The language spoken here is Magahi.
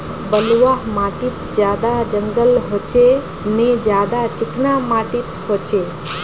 बलवाह माटित ज्यादा जंगल होचे ने ज्यादा चिकना माटित होचए?